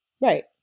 Right